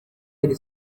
iri